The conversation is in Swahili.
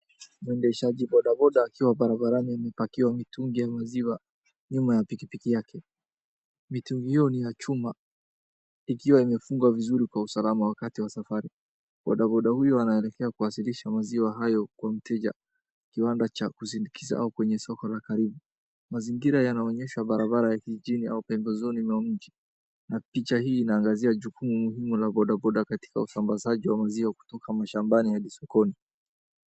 Mwendeshaji boda boda akiwa barabarani imepakiwa mitungi ya maziwa nyuma ya pikipiki yake. Mitungi hiyo ni ya chuma ikiwa imefungwa vizuri kwa usalama wakati wa safari. Boda boda huyo anaelekea kuwasilisha maziwa hayo kwa miteja kiwanda cha kusindikiza au kwenye soko la karibu. Mazingira yanaonyesha barabara ya kijiji au pembezoni mwa mji. Na picha hii inaangazia jukumu muhimu la boda boda katika usambazaji wa maziwa kutoka mashambani hadi sokoni.